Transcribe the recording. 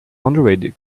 android